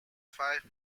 five